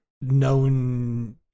known